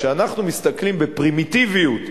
כשאנחנו מסתכלים בפרימיטיביות,